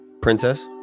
princess